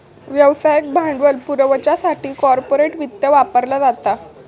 व्यवसायाक भांडवल पुरवच्यासाठी कॉर्पोरेट वित्त वापरला जाता